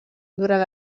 durant